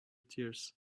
tears